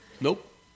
Nope